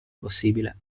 possibile